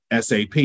SAP